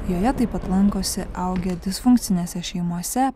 joje taip pat lankosi augę disfunkcinėse šeimose